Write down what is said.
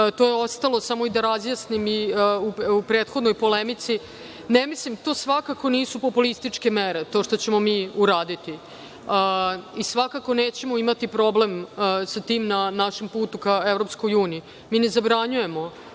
to je ostalo, samo i da razjasnim u prethodnom polemici, ne mislim to svakako nisu populističke mere to što ćemo mi uraditi, i svakako nećemo imati problem sa tim našim putem ka EU. Mi ne zabranjujemo